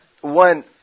one